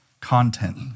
content